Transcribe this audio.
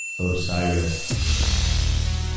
Osiris